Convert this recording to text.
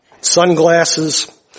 sunglasses